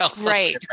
Right